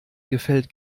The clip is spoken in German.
gefällt